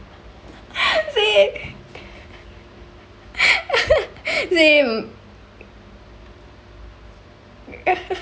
same same